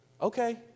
Okay